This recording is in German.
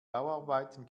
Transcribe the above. bauarbeiten